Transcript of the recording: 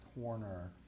corner